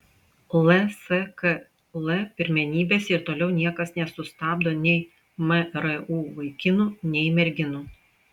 lskl pirmenybėse ir toliau niekas nesustabdo nei mru vaikinų nei merginų